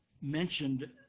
mentioned